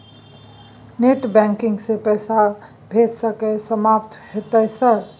Net banking से पैसा भेज सके सामत होते सर?